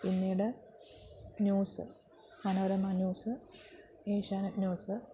പിന്നീട് news Manorama news Asianet news